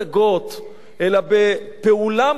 כדי להשיב את האריתריאים לאריתריאה,